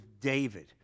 David